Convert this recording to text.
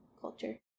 culture